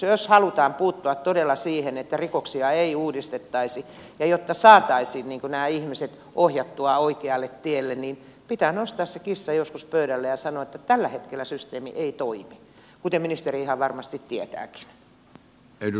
jos halutaan puuttua todella siihen jotta rikoksia ei uusittaisi ja jotta saataisiin nämä ihmiset ohjattua oikealle tielle niin pitää nostaa se kissa joskus pöydälle ja sanoa että tällä hetkellä systeemi ei toimi kuten ministeri ihan varmasti tietääkin